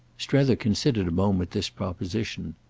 strether considered a moment this proposition.